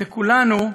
לכולנו,